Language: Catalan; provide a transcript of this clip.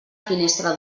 finestra